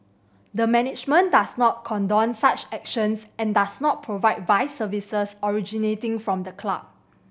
the management does not condone such actions and does not provide vice services originating from the club